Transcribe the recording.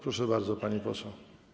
Proszę bardzo, pani poseł.